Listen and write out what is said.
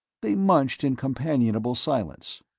they munched in companionable silence.